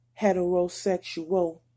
Heterosexual